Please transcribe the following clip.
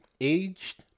aged